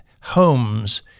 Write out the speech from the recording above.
homes